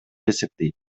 эсептейт